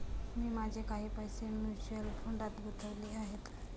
मी माझे काही पैसे म्युच्युअल फंडात गुंतवले आहेत